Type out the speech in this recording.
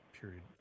period